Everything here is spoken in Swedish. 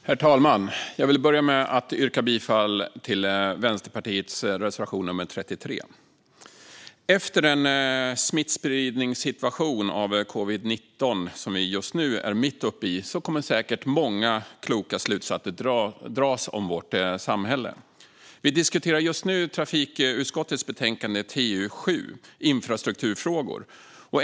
Herr talman! Jag vill börja med att yrka bifall till Vänsterpartiets reservation 33. Efter den situation med smittspridning av covid-19 som vi just nu är mitt uppe i kommer säkert många kloka slutsatser att dras om vårt samhälle. Vi diskuterar just nu trafikutskottets betänkande TU7 Infrastrukturfrågor .